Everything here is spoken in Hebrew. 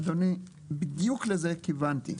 אדוני, בדיוק לזה כיוונתי.